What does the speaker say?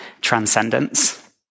transcendence